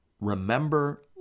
Remember